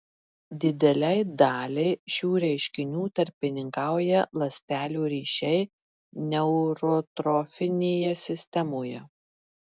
didelei daliai šių reiškinių tarpininkauja ląstelių ryšiai neurotrofinėje sistemoje